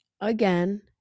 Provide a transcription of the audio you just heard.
again